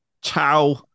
ciao